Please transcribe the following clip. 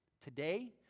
today